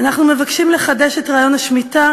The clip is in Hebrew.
אנחנו מבקשים לחדש את רעיון השמיטה